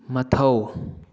ꯃꯊꯧ